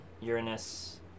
Uranus